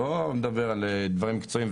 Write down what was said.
אני לא מדבר על דברים מקצועיים,